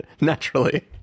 Naturally